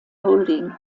holding